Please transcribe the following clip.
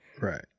Right